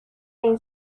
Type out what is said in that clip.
این